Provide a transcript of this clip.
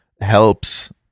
helps